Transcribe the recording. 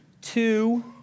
two